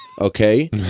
okay